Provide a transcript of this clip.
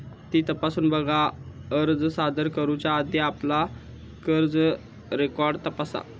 fee तपासून बघा, अर्ज सादर करुच्या आधी आपला कर्ज रेकॉर्ड तपासा